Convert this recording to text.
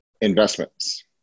Investments